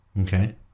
Okay